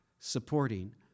supporting